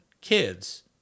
kids